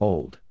Old